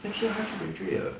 next year 他就 graduate 了